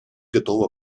готова